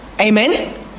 Amen